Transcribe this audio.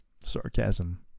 Sarcasm